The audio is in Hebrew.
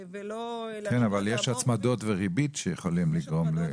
כן, אבל יש הצמדות וריבית שיכולים לגרום.